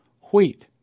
Wheat